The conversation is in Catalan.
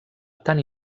tan